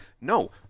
no